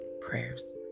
prayers